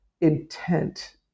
intent